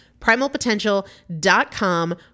Primalpotential.com